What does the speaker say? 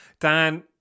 Dan